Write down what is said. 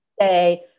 say